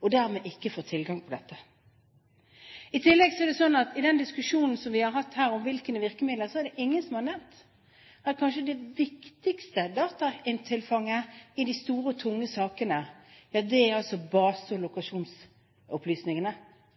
og vi dermed ikke får tilgang til dette. I tillegg er det slik at i den diskusjonen vi har hatt her om virkemidler, er det ingen som har nevnt at kanskje det viktigste datatilfanget i de store og tunge sakene er